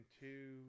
two